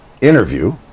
interview